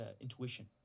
intuition